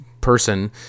person –